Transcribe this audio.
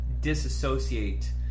disassociate